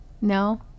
No